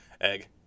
Egg